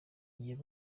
iyo